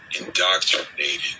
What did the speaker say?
indoctrinated